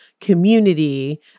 community